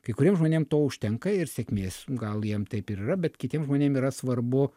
kai kuriem žmonėm to užtenka ir sėkmės gal jiem taip ir yra bet kitiem žmonėm yra svarbu